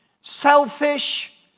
selfish